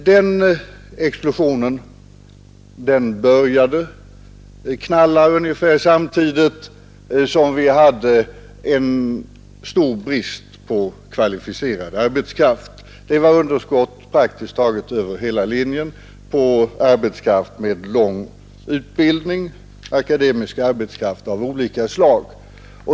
Den explosionen började knalla ungefär samtidigt som vi hade en stor brist på kvalificerad arbetskraft. Det var underskott praktiskt taget över hela linjen på arbetskraft med lång utbildning — akademisk arbetskraft av olika slag.